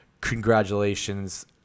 congratulations